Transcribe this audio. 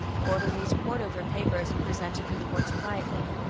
orderlies pored over papers and presented reports quietly.